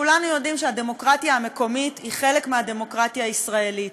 כולנו יודעים שהדמוקרטיה המקומית היא חלק מהדמוקרטיה הישראלית,